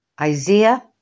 Isaiah